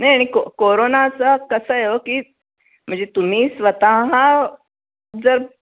नाही आणि को कोरोनाचा कसं आहे हो की म्हणजे तुम्ही स्वतः जर